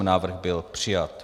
Návrh byl přijat.